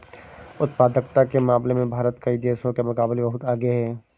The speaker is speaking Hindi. उत्पादकता के मामले में भारत कई देशों के मुकाबले बहुत आगे है